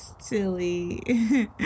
silly